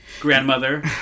Grandmother